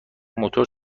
موتور